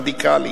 רדיקלי,